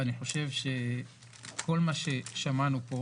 אני חושב שכל מה ששמענו פה